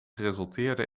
resulteerde